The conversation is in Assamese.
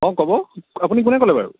অঁ ক'ব আপুনি কোনে ক'লে বাৰু